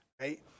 right